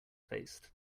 faced